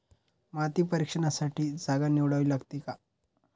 माती परीक्षणासाठी जागा निवडावी लागते का?